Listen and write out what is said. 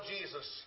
Jesus